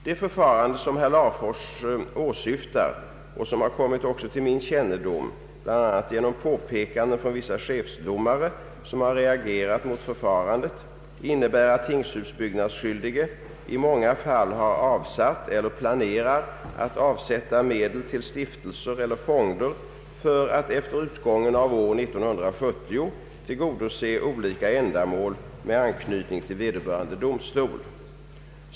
Det förfarande som herr Larfors åsyftar och som har kommit också till min kännedom, bl.a. genom påpekanden från vissa chefsdomare, som har reagerat mot förfarandet, innebär att tingshusbyggnadsskyldige i många fall har avsatt eller planerar att avsätta medel till stiftelser eller fonder för att efter utgången av år 1970 tillgodose olika ändamål med anknytning till vederbörande domstol.